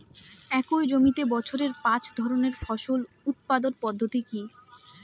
একই জমিতে বছরে পাঁচ ধরনের ফসল উৎপাদন পদ্ধতি কী?